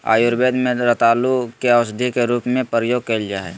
आयुर्वेद में रतालू के औषधी के रूप में प्रयोग कइल जा हइ